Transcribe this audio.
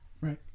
Right